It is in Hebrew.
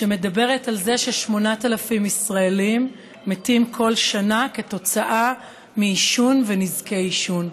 שמדברת על זה ש-8,000 ישראלים מתים מדי שנה כתוצאה מעישון ומנזקי עישון.